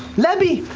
lebby,